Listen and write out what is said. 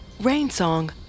Rainsong